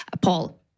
Paul